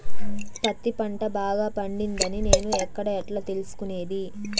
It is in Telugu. పత్తి పంట బాగా పండిందని నేను ఎక్కడ, ఎట్లా తెలుసుకునేది?